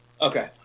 Okay